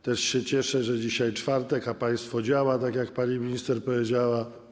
Też się cieszę, że dzisiaj czwartek, a państwo działa tak, jak pani minister powiedziała.